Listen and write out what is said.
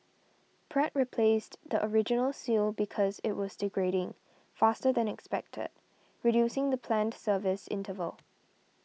pratt replaced the original seal because it was degrading faster than expected reducing the planned service interval